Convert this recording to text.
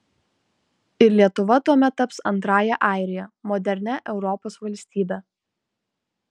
ir lietuva tuomet taps antrąja airija modernia europos valstybe